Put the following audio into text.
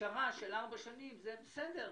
שפשרה של ארבע שנים זה בסדר.